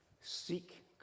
Seek